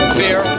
fear